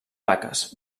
vaques